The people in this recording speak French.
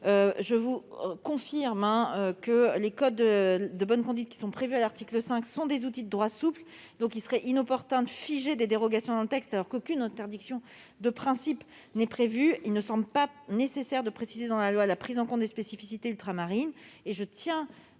peux vous confirmer que les codes de bonne conduite prévus à l'article 5 sont des outils de droit souple ; il serait inopportun de figer dans le texte des dérogations alors qu'aucune interdiction de principe n'est prévue. Il ne semble donc pas nécessaire de préciser dans la loi la prise en compte des spécificités ultramarines. Je tiens